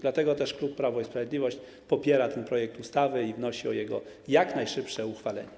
Dlatego też klub Prawo i Sprawiedliwość popiera ten projekt ustawy i wnosi o jego jak najszybsze uchwalenie.